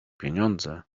pieniądze